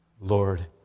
Lord